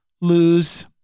Lose